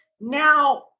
now